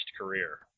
career